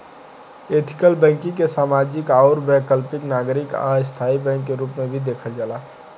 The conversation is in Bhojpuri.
एथिकल बैंकिंग के सामाजिक आउर वैकल्पिक नागरिक आ स्थाई बैंक के रूप में भी देखल जाला